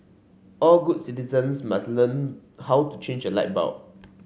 all good citizens must learn how to change a light bulb